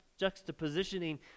juxtapositioning